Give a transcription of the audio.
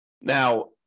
Now